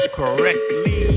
correctly